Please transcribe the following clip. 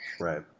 Right